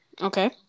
Okay